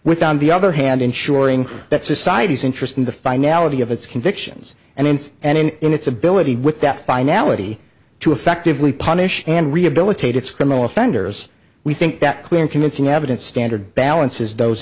with on the other hand ensuring that society's interest in the finality of its convictions and its and in its ability with that finality to effectively punish and rehabilitate its criminal offenders we think that clear and convincing evidence standard balances those